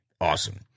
Awesome